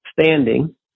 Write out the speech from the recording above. standing